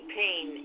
pain